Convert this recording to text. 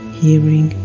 hearing